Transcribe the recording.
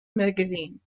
magazine